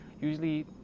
usually